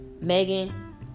Megan